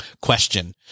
question